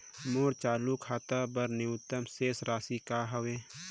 मोर चालू खाता बर न्यूनतम शेष राशि का हवे?